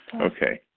Okay